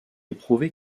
éprouvé